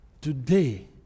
Today